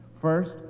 First